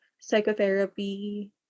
psychotherapy